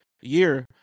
year